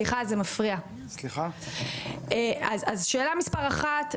אז שאלה מספר 1,